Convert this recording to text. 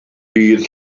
bydd